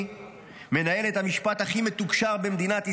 מנהל את המשפט הכי מתוקשר במדינת ישראל,